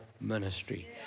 ministry